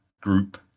group